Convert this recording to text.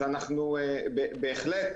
אנחנו בהחלט